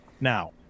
now